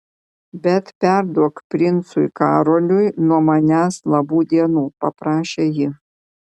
bet perduok princui karoliui nuo manęs labų dienų paprašė ji